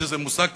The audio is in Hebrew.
שזה כבר מושג כזה,